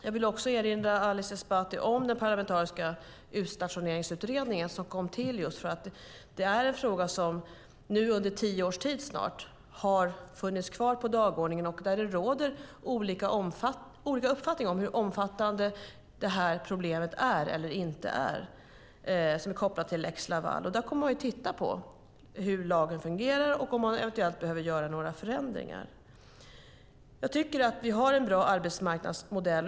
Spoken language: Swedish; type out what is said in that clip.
Jag vill också erinra Ali Esbati om den parlamentariska utstationeringsutredningen, som kom till just för att det är en fråga som snart har funnits på dagordningen under tio års tid, och det råder olika uppfattningar om hur omfattande det här problemet är eller inte är, som är kopplat till lex Laval. Där kommer man att titta på hur lagen fungerar och om man eventuellt behöver göra några förändringar. Jag tycker att vi har en bra arbetsmarknadsmodell.